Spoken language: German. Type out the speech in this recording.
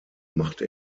machte